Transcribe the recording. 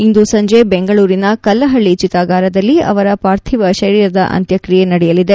ಇಂದು ಸಂಜೆ ಬೆಂಗಳೂರಿನ ಕಲ್ಲಹಳ್ಳಿ ಚಿತಾಗಾರದಲ್ಲಿ ಅವರ ಪಾರ್ಥೀವ ಶರೀರದ ಅಂತ್ಯಕ್ರಿಯೆ ನಡೆಯಲಿದೆ